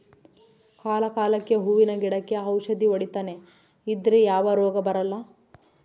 ಕಾಲ ಕಾಲಕ್ಕೆಹೂವಿನ ಗಿಡಕ್ಕೆ ಔಷಧಿ ಹೊಡಿತನೆ ಇದ್ರೆ ಯಾವ ರೋಗ ಬರಲ್ಲ